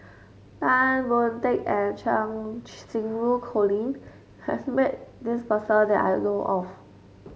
Tan Boon Teik and Cheng Xinru Colin has met this person that I know of